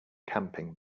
camping